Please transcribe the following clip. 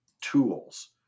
tools